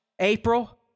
April